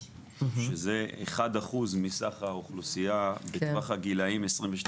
שזה 1% מסך האוכלוסייה בטווח הגילאים 45-22,